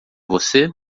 você